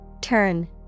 Turn